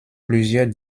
plusieurs